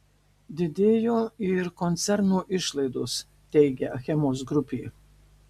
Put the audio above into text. didėjo ir koncerno išlaidos teigia achemos grupė